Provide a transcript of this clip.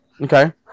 Okay